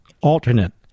alternate